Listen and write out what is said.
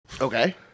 Okay